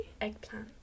Eggplant